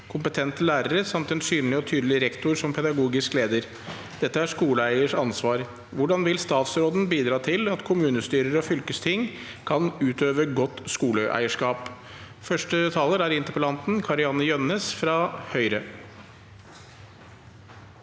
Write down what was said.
kompetente lærere samt en synlig og tydelig rek- tor som pedagogisk leder. Dette er skoleeiers ansvar. Hvordan vil statsråden bidra til at kommunestyrer og fylkesting kan utøve godt skoleeierskap?» Kari-Anne Jønnes (H)